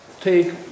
take